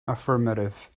affirmative